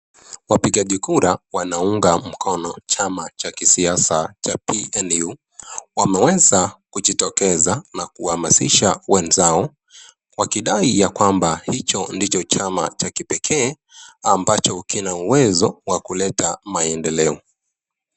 Wapigaji kura wanaunga mkono chama cha kisiasa cha PNU. Wameweza kujitokeza na kuhamasisha wenzao, wakidai ya kwamba hicho ndo chama cha kipekee ambacho kina uwezo wa kuleta maendeleo.